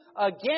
again